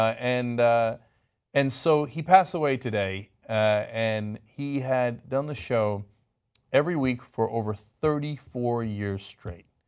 and and so he passed away today, and he had done the show every week for over thirty four years straight.